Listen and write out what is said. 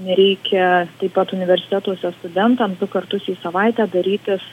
nereikia taip pat universitetuose studentam du kartus į savaitę darytis